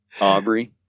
aubrey